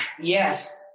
Yes